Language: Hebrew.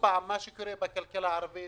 שההתייחסות למה שקורה בכלכלה הערבית